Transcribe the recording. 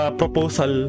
proposal